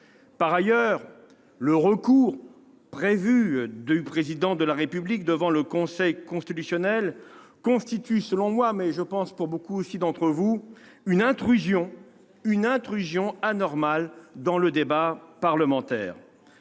Par ailleurs, le recours prévu du Président de la République devant le Conseil constitutionnel constitue, selon moi, mais aussi, me semble-t-il, pour beaucoup d'entre nous, une intrusion anormale, j'y insiste, dans le débat parlementaire.